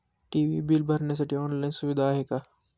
TV bill भरण्यासाठी online सुविधा आहे का?